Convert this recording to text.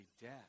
death